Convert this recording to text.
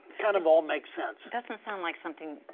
kind of all makes sense. doesn't sound like something.